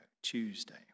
Tuesday